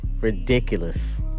Ridiculous